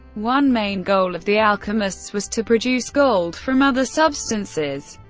one main goal of the alchemists was to produce gold from other substances,